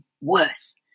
worse